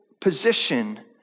position